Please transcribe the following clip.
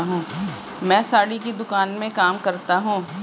मैं साड़ी की दुकान में काम करता हूं